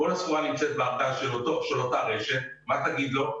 הסחורה בארגז של אותה רשת, ומה תגיד לו?